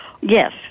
yes